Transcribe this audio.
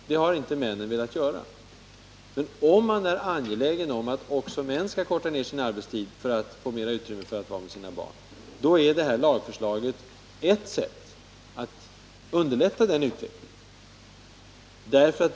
Männen har inte velat göra detta. Men om man är angelägen om att också män skall förkorta sin arbetstid för att få mera tid att vara tillsammans med sina barn, är det här lagförslaget ett sätt att underlätta en sådan utveckling.